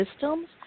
systems